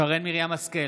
שרן מרים השכל,